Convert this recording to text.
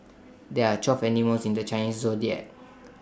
there are twelve animals in the Chinese Zodiac